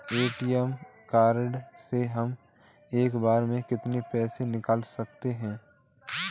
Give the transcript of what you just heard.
ATM card से हम एक बार में कितना रुपया निकाल सकते हैं?